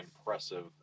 impressive